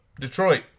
Detroit